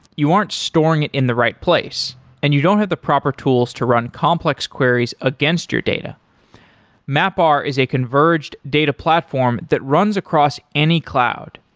you aren't storing it in the right place and you don't have the proper tools to run complex queries against your data mapr is a converged data platform that runs across any cloud.